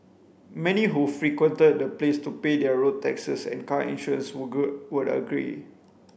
many who frequented the place to pay their road taxes and car insurance would go would agree